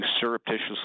surreptitiously